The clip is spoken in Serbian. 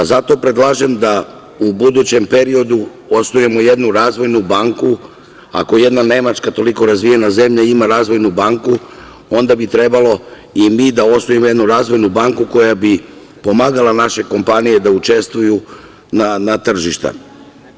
Zato predlažem da u budućem periodu osnujemo jednu razvojnu banku, ako jedna Nemačka toliko razvijena zemlja ima razvojnu banku, onda bi trebalo i mi da osnujemo jednu razvojnu banku koja bi pomagala naše kompanije da učestvuju na tržištima.